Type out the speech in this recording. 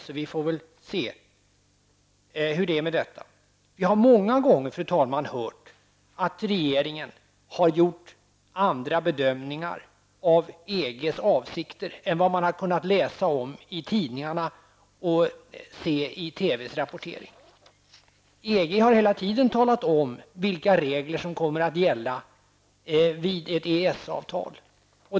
Så vi får väl se hur det är med detta. Fru talman! Vi har många gånger hört att regeringen har gjort andra bedömningar av EGs avsikter än vad man har kunnat läsa om i tidningarna och se i TVs rapportering. EG har hela tiden talat om vilka regler som kommer att gälla vid ett EEFS-avtal.